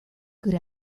good